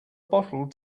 bottle